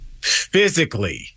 physically